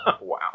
Wow